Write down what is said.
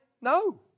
No